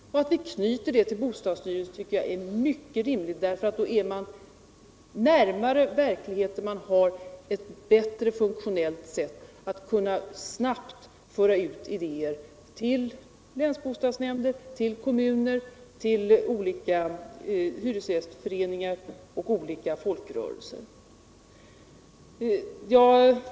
Att vi knyter det organet till bostadsstyrelsen tycker jag är mycket rimligt. Man är då närmare verkligheten, man har ett bättre, mer funktionellt sätt att snabbt kunna föra ut idéer till länsbostadsnämnder, till kommuner, till olika hyresgästföreningar samt till olika folkrörelser.